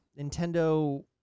Nintendo